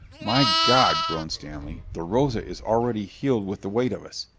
my god! groaned stanley. the rosa is already heeled with the weight of us.